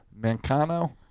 mancano